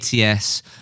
ATS